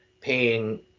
paying